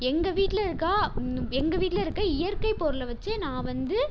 எங்கள் வீட்டில் இருக்க எங்கள் வீட்டில் இருக்க இயற்கைப் பொருளை வச்சு நான் வந்து